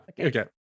okay